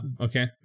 okay